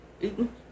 eaten